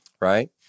Right